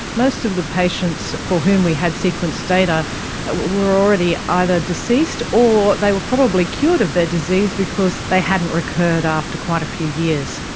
most of the patients for whom we had sequenced data were already either deceased or they were probably cured of their disease because they hadn't recurred after quite a few years.